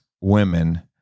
women